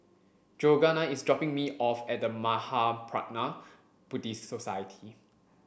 Georganna is dropping me off at The Mahaprajna Buddhist Society